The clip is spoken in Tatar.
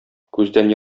күздән